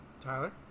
Tyler